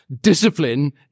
discipline